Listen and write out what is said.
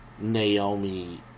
Naomi